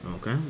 Okay